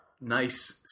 nice